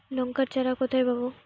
লঙ্কার চারা কোথায় পাবো?